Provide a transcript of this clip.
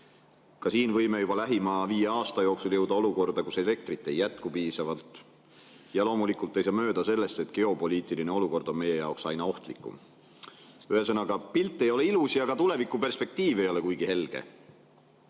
võime juba lähima viie aasta jooksul jõuda olukorda, kus elektrit ei jätku piisavalt. Ja loomulikult ei saa mööda sellest, et geopoliitiline olukord on meie jaoks aina ohtlikum. Ühesõnaga, pilt ei ole ilus ja ka tulevikuperspektiiv ei ole kuigi helge.